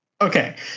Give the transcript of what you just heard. Okay